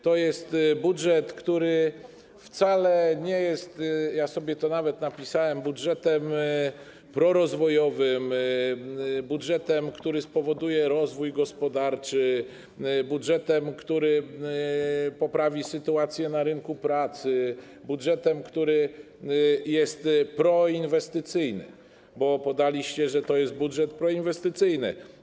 To jest budżet, który wcale nie jest - ja sobie to nawet napisałem - budżetem prorozwojowym, budżetem, który spowoduje rozwój gospodarczy, budżetem, który poprawi sytuację na rynku pracy, budżetem, który jest proinwestycyjny, bo podaliście, że to jest budżet proinwestycyjny.